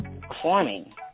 performing